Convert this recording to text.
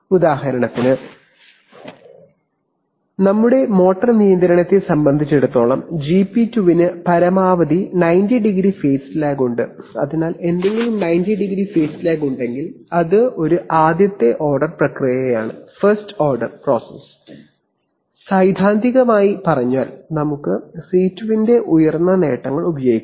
ഉദാഹരണത്തിന് ഞങ്ങളുടെ മോട്ടോർ നിയന്ത്രണത്തെ സംബന്ധിച്ചിടത്തോളം ജിപി 2 ന് പരമാവധി 90˚ ഫേസ് ലാഗ് ഉണ്ട് അതിനാൽ എന്തെങ്കിലും 90˚ ഫേസ് ലാഗ് ഉണ്ടെങ്കിൽ അത് ഒരു ആദ്യത്തെ ഓർഡർ പ്രക്രിയയാണ് സൈദ്ധാന്തികമായി പറഞ്ഞാൽ നമുക്ക് സി 2 ന്റെ ഉയർന്ന നേട്ടങ്ങൾ ഉപയോഗിക്കാം